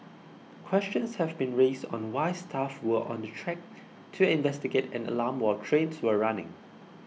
questions have been raised on why staff were on the track to investigate an alarm while trains were running